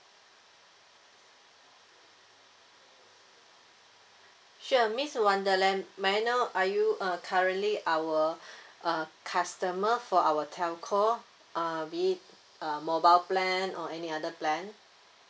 sure miss wonderland may I know are you uh currently our uh customer for our telco uh be it uh mobile plan or any other plan